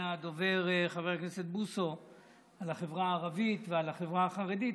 הדובר חבר הכנסת בוסו על החברה הערבית ועל החברה החרדית,